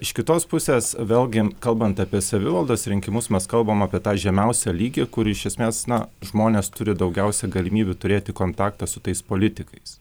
iš kitos pusės vėlgi kalbant apie savivaldos rinkimus mes kalbam apie tą žemiausią lygį kur iš esmės na žmonės turi daugiausia galimybių turėti kontaktą su tais politikais